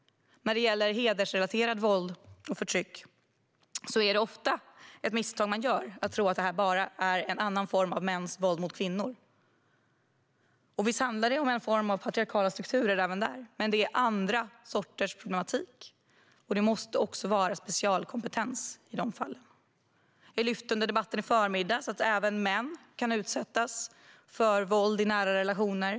När det gäller hedersrelaterat våld och förtryck gör man ofta misstaget att tro att det bara är en annan form av mäns våld mot kvinnor. Vi ser en form av patriarkala strukturer även där, men det är en annan sorts problematik. I de fallen måste man också ha specialkompetens. I debatten i förmiddags lyfte vi att även män kan utsättas för våld i nära relationer.